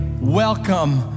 welcome